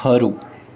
ખરું